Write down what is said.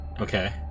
Okay